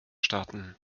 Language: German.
starten